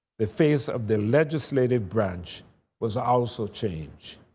the face of the legislative branch was also changed.